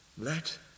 let